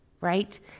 right